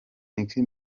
nicki